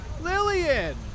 Lillian